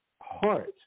heart